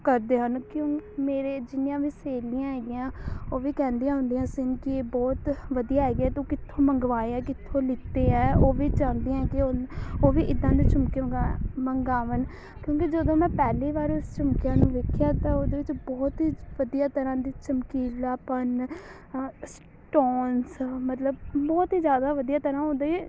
ਕਰਦੇ ਹਨ ਕਿਉਂ ਮੇਰੇ ਜਿੰਨੀਆਂ ਵੀ ਸਹੇਲੀਆਂ ਹੈਗੀਆਂ ਉਹ ਵੀ ਕਹਿੰਦੀਆਂ ਹੁੰਦੀਆਂ ਸਨ ਕਿ ਇਹ ਬਹੁਤ ਵਧੀਆ ਹੈਗੇ ਹੈ ਤੂੰ ਕਿੱਥੋਂ ਮੰਗਵਾਏ ਹੈ ਕਿੱਥੋਂ ਲਿਤੇ ਹੈ ਉਹ ਵੀ ਚਾਹੁੰਦੀਆਂ ਹੈ ਕਿ ਉਹ ਉਹ ਵੀ ਇੱਦਾਂ ਦੇ ਝੁਮਕੇ ਮੰਗਾ ਮੰਗਵਾਉਣ ਕਿਉਂਕਿ ਜਦੋਂ ਮੈਂ ਪਹਿਲੀ ਵਾਰ ਉਸ ਝੁਮਕਿਆਂ ਨੂੰ ਦੇਖਿਆ ਤਾਂ ਉਹਦੇ ਵਿੱਚ ਬਹੁਤ ਹੀ ਵਧੀਆ ਤਰ੍ਹਾਂ ਦੀ ਚਮਕੀਲਾਪਨ ਸਟੋਨਸ ਮਤਲਬ ਬਹੁਤ ਹੀ ਜ਼ਿਆਦਾ ਵਧੀਆ ਤਰ੍ਹਾਂ ਉਹਦੇ